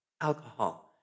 alcohol